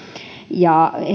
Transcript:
ja